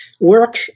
work